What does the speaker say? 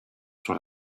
sur